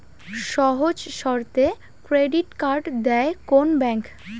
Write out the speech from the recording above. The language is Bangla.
সহজ শর্তে ক্রেডিট কার্ড দেয় কোন ব্যাংক?